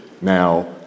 Now